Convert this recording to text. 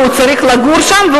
והוא צריך לגור שם,